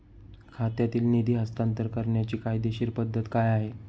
खात्यातील निधी हस्तांतर करण्याची कायदेशीर पद्धत काय आहे?